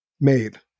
made